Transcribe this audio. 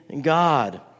God